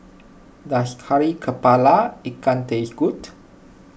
does Kari Kepala Ikan taste good